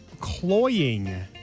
cloying